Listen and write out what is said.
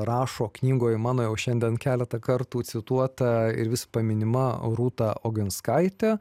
rašo knygoje mano jau šiandien keletą kartų cituota ir vis paminima rūta oginskaitė